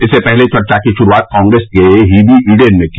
इससे पहले चर्चा की शुरूआत कांग्रेस के हीबी ईडेन ने की